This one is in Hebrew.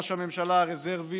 ראש הממשלה הרזרבי